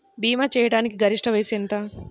భీమా చేయాటానికి గరిష్ట వయస్సు ఎంత?